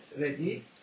ready